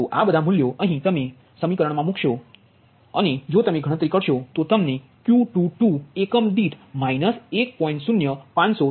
તો આ બધા મૂલ્યો તમે અહીં સમીક્રણ મા મૂકશો અને જો તમે ગણતરી કરો છો તો તમને Q22 એકમ દીઠ 1